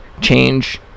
change